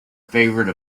favorite